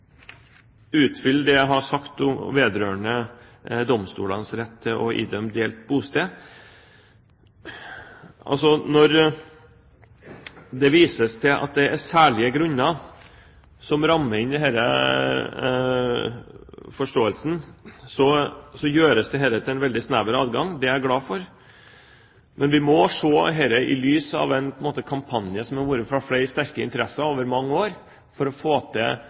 utfylle det jeg har sagt vedrørende domstolenes rett til å idømme delt bosted. Når det vises til at det er «særlige grunner» som rammer inn denne forståelsen, gjøres dette til en veldig «snever adgang». Det er jeg glad for. Men vi må se dette i lys av en kampanje fra flere sterke interesser over mange år for å få til